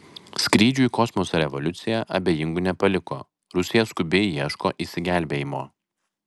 skrydžių į kosmosą revoliucija abejingų nepaliko rusija skubiai ieško išsigelbėjimo